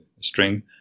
string